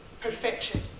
Perfection